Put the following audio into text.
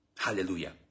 Hallelujah